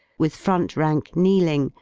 with front rank kneeling,